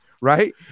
right